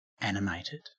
animated